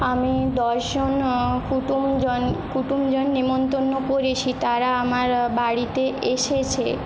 আমি দশ জন কুটুম জন কুটুম জন নিমন্তন্ন করেছি তারা আমার বাড়িতে এসেছে